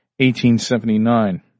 1879